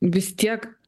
vis tiek